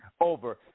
over